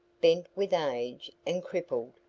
bent with age and crippled,